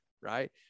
Right